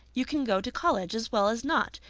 you can go to college as well as not.